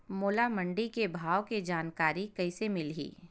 मोला मंडी के भाव के जानकारी कइसे मिलही?